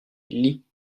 lit